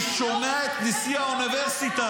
אני שומע את נשיא האוניברסיטה,